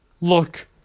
Look